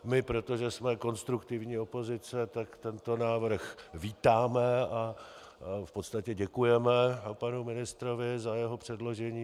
My, protože jsme konstruktivní opozice, tento návrh vítáme a v podstatě děkujeme panu ministrovi za jeho předložení.